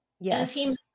Yes